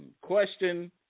question